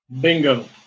Bingo